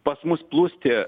pas mus plūsti